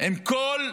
ועם הכול,